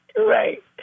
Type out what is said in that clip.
Right